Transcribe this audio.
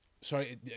sorry